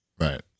Right